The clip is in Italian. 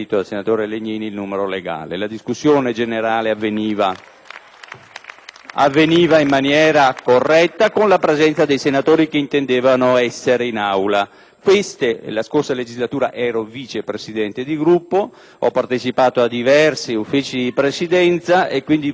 e PdL)* in maniera corretta, alla presenza dei senatori che intendevano essere in Aula. La scorsa legislatura ero Vice Presidente di Gruppo, ho partecipato a diversi Consigli di Presidenza e posso testimoniare che le affermazioni rese dal presidente Schifani